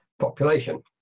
population